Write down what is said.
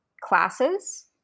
classes